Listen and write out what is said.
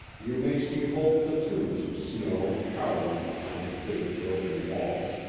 you may see whole platoons of snow cowering behind a bit of broken wall.